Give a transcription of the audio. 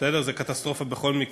זה קטסטרופה בכל מקרה,